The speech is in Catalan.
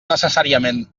necessàriament